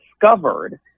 discovered